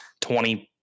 twenty